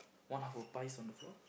one of her pies on the floor